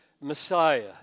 Messiah